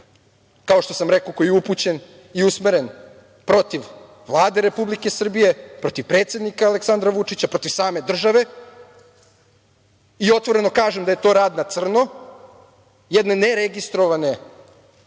kao što sam rekao, koji je upućen i usmeren protiv Vlade Republike Srbije, protiv predsednika Aleksandra Vučića, protiv same države. Otvoreno kažem da je to rad na crno jednog ne registrovanog